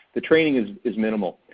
the training is is minimal.